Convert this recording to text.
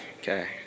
okay